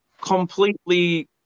completely